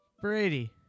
Brady